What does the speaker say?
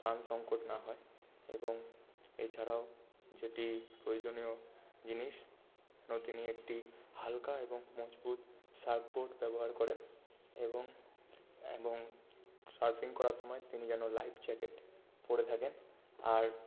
প্রাণ সংকট না হয় এবং এছাড়াও যেটি প্রয়োজনীয় জিনিস তিনি একটি হালকা এবং মজবুত সার্ফ বোট ব্যবহার করেন এবং সার্ফিং করার সময় তিনি যেন লাইফ জ্যাকেট পড়ে থাকেন আর